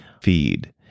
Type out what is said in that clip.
feed